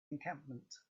encampment